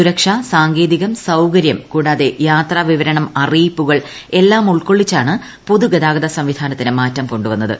സുരക്ഷ സാങ്കേതികം സൌകര്യം കൂടാതെ യാത്രാവിവരണം അറിയിപ്പുകൾ എല്ലാം ഉൾക്കൊള്ളിച്ചാണ് പൊതുഗതാഗത സംവിധാനത്തിന് മാറ്റം കൊണ്ടുവന്നത്